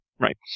Right